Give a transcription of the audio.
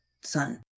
son